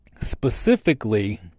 Specifically